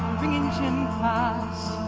gym class